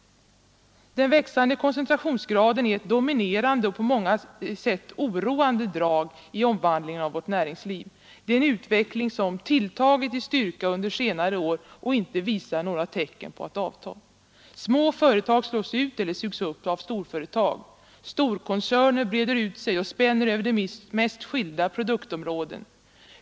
Den växande koncentrationsgraden är ett dominerande och på många sätt oroande drag i omvandlingen av vårt näringsliv. Det är en utveckling som har tilltagit i styrka under senare år och inte visar några tecken på att avta. Små företag slås ut eller sugs upp av storföretag. Storkoncerner breder ut sig och spänner över de mest skilda produktområden.